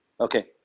Okay